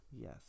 Yes